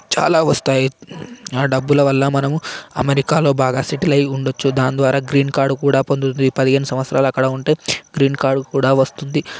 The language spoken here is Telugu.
చాలా వస్తాయి ఆ డబ్బుల వల్ల మనము అమెరికాలో బాగా సెటిల్ అయ్యి ఉండచ్చు దాని ద్వారా గ్రీన్ కార్డ్ కూడా పొందుతుంది పదిహేను సంవత్సరాలు అక్కద ఉంటే గ్రీన్ కార్డ్ కూడా వస్తుంది